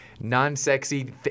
non-sexy